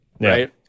right